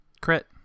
Crit